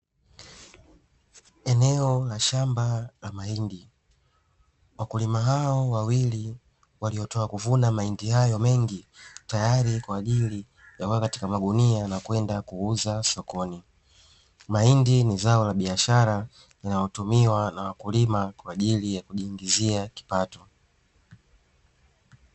Eneo la shamba la mahindi, wakulima hao wawili waliotoka kuvuna mahindi hayo mengi tayari kwa ajili ya kuweka katika magunia na kwenda kuuza sokoni. Mahindi ni zao la biashara linalotumika na wakulima kwa ajili ya kujiingizia kipato.